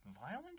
violent